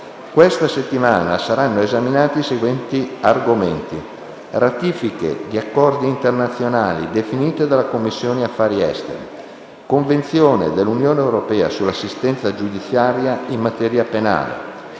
Questa settimana saranno esaminati i seguenti argomenti: